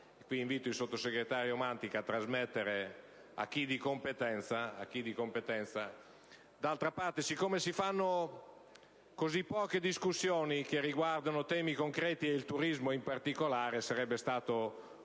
e invito il Sottosegretario Mantica a trasmetterlo a chi di competenza. Dal momento che si svolgono così poche discussioni che riguardano temi concreti, e il turismo in particolare, sarebbe stato